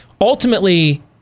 ultimately